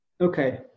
Okay